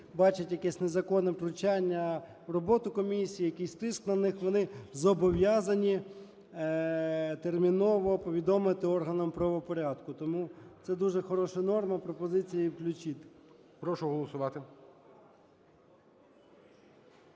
бачать якесь незаконне втручання в роботу комісії, якийсь тиск на них, вони зобов'язані терміново повідомити органам правопорядку. Тому це дуже хороша норма. Пропозиція її включити. ГОЛОВУЮЧИЙ. Прошу голосувати.